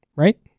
Right